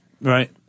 Right